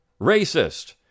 racist